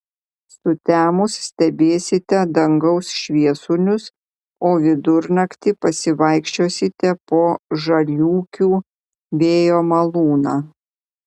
sutemus stebėsite dangaus šviesulius o vidurnaktį pasivaikščiosite po žaliūkių vėjo malūną